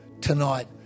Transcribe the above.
tonight